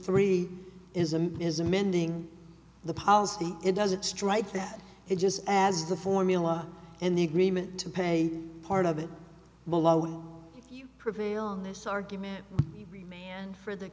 three ism is amending the policy it doesn't strike that it just as the formula and the agreement to pay part of it will always prevail in this argument and for the